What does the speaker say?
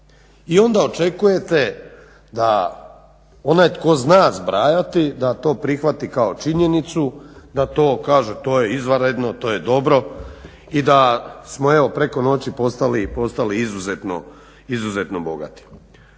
I onda očekujte da onaj tko zna zbrajati da to prihvati kao činjenicu, da to kaže, to je izvanredno, to je dobro i da smo evo preko noći postali izuzetno bogati.